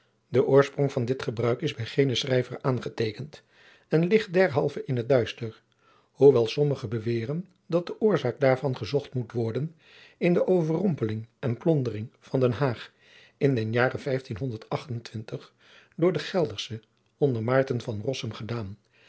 de oorsprong van dit gebruik is bij geenen schrijver aangeteekend en ligt derhalve in het duister hoewel sommige beweeren dat de oorzaak daarvan gezocht moet worden in de overrompeling en plondering van den haag in den jare door de gelderschen onder